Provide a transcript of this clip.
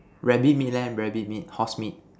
rabbit meat leh rabbit meat horse meat